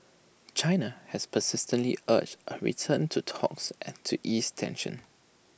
China has persistently urged A return to talks and to ease tensions